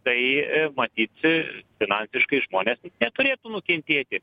tai matyt finansiškai žmonės neturėtų nukentėti